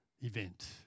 event